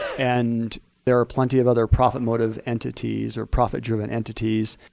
and there are plenty of other profit motive entities, or profit driven entities,